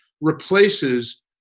replaces